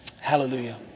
Hallelujah